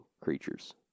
creatures